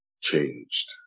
changed